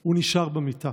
הוא נשאר במיטה.